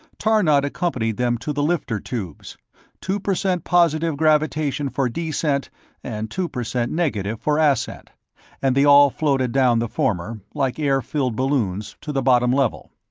tarnod accompanied them to the lifter tubes two percent positive gravitation for descent and two percent negative for ascent and they all floated down the former, like air-filled balloons, to the bottom level.